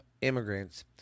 immigrants